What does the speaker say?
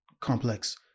complex